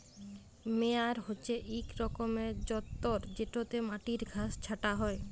মেয়ার হছে ইক রকমের যল্তর যেটতে মাটির ঘাঁস ছাঁটা হ্যয়